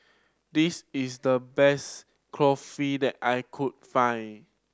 this is the best Kulfi that I could find